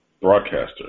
broadcaster